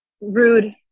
rude